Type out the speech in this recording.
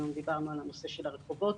היום דיברנו על הנושא של הרחובות,